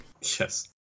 Yes